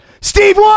Steve